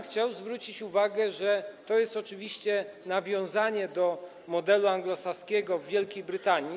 Chciałbym zwrócić uwagę, że to jest oczywiście nawiązanie do modelu anglosaskiego z Wielkiej Brytanii.